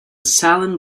salon